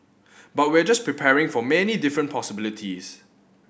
but we're just preparing for many different possibilities